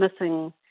missing